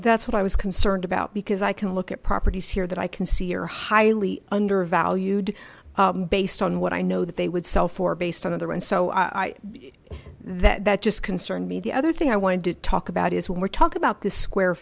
that's what i was concerned about because i can look at properties here that i can see are highly undervalued based on what i know that they would sell for based on their own so i know that just concerned me the other thing i wanted to talk about is we're talking about the square